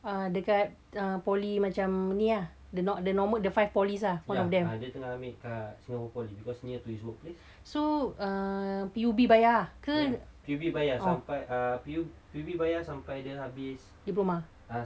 uh dekat uh poly macam ni ah the no~ the no~ normal the five poly's one of them so uh P_U_B bayar ah ke oh diploma